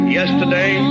yesterday